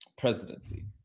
presidency